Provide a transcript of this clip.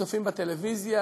צופים בטלוויזיה,